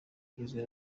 ugizwe